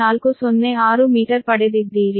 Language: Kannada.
0406 ಮೀಟರ್ ಪಡೆದಿದ್ದೀರಿ